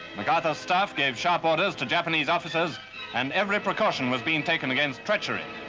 macarthur's staff gave sharp orders to japanese officers and every precaution was being taken against treachery.